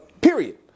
Period